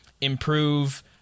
improve